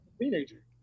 teenager